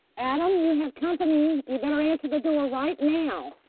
adam, you have company. you better answer the door right now.